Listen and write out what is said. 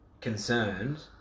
concerned